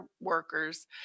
workers